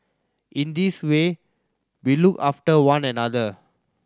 in this way we look after one another